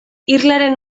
irlaren